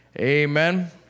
Amen